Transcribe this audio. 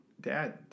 Dad